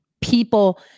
people